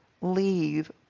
leave